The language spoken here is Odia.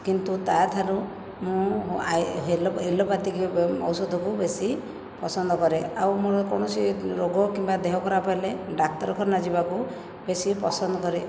କିନ୍ତୁ ତା ଥାରୁ ମୁଁ ମୋ ଏଲୋପାତିକ ଔଷଧକୁ ବେଶୀ ପସନ୍ଦ କରେ ଆଉ ମୋର କୌଣସି ରୋଗ କିମ୍ବା ଦେହ ଖରାପ ହେଲେ ଡାକ୍ତରଖାନା ଯିବାକୁ ବେଶୀ ପସନ୍ଦ କରେ